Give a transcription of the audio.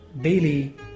daily